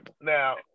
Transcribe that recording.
Now